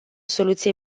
soluție